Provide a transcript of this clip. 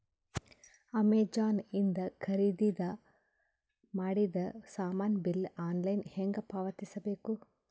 Amazon ಇಂದ ಖರೀದಿದ ಮಾಡಿದ ಸಾಮಾನ ಬಿಲ್ ಆನ್ಲೈನ್ ಹೆಂಗ್ ಪಾವತಿಸ ಬೇಕು?